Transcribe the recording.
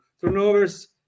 Turnovers